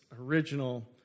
original